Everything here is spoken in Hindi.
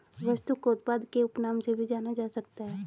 वस्तु को उत्पाद के उपनाम से भी जाना जा सकता है